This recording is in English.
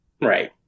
Right